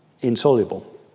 insoluble